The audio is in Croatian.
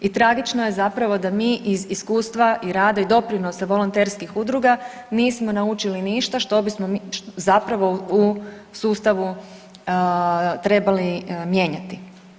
I tragično je zapravo da mi iz iskustva i rada i doprinosa volonterskih udruga nismo naučili ništa što bismo zapravo u sustavu trebali mijenjati.